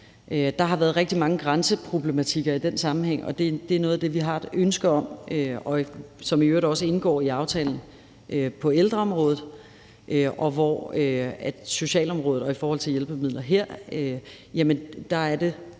Der har været rigtig mange grænseproblematikker i den sammenhæng, og det er noget af det, vi har et ønske om, og som i øvrigt også indgår i aftalen på ældreområdet. Og på socialområdet og i forhold til hjælpemidler her er det